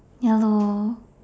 ya lor